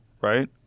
right